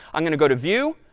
i'm going to go to view,